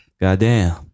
Goddamn